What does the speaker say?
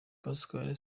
pascal